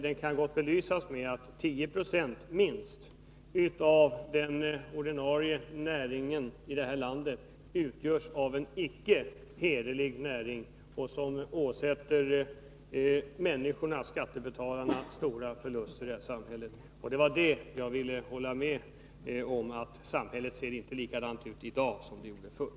Det kan gott belysas med att minst 10 96 av den ordinarie näringen i det här landet utgörs av icke-hederlig näring, som ådrar skattebetalarna i det här samhället stora förluster. Det var i det avseendet som jag menade att samhället inte i dag ser ut som det gjorde förr.